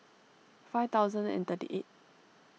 five thousand and thirty eight